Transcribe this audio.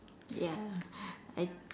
ya I